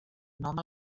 nom